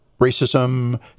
racism